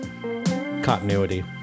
continuity